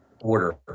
order